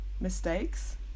mistakes